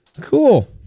Cool